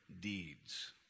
deeds